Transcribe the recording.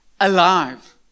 alive